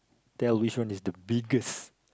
tell which one is the biggest